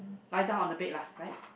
lie down on the bed lah right